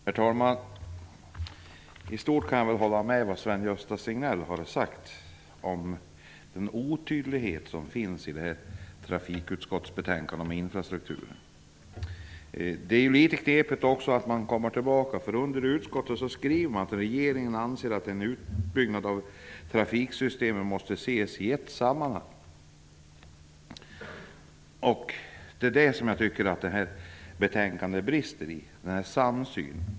Herr talman! I stort kan jag hålla med om det Sven Gösta Signell har sagt om den otydlighet som finns i trafikutskottets betänkande om infrastrukturen. Det är litet knepigt att regeringen kommer tillbaka. Under Utskottet skriver man: ''Regeringen anser att utbyggnaden av trafiksystemet måste ses i ett sammanhang.'' Det är beträffande den samsynen som jag tycker det här betänkandet brister.